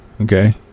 Okay